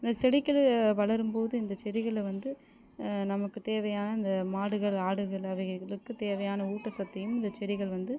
இந்த செடிகள் வளரும் போது இந்த செடிகளை வந்து நமக்கு தேவையான இந்த மாடுகள் ஆடுகள் அவைகளுக்கு தேவையான ஊட்டசத்தையும் இந்த செடிகள் வந்து